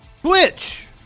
Twitch